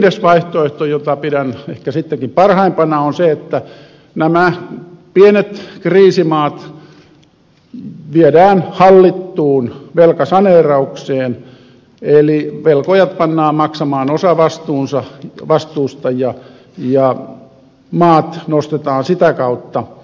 viides vaihtoehto jota pidän ehkä sittenkin parhaimpana on se että nämä pienet kriisimaat viedään hallittuun velkasaneeraukseen eli velkojat pannaan maksamaan osa vastuusta ja maat nostetaan sitä kautta jaloilleen